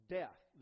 death